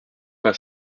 pas